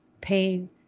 pain